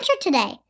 today